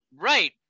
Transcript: Right